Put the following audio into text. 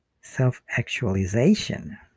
self-actualization